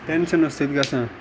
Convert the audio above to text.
ٹینشَنَو سۭتۍ گَژھان